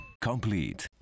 complete